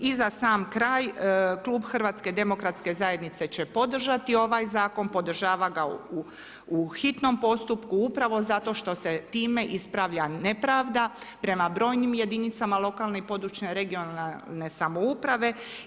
I za sam kraj, Klub HDZ-a će podržati ovaj zakon, podržava ga u hitnom postupku upravo zato što se time ispravlja nepravda prema brojnim jedinicama lokalne i područne (regionalne) samouprave.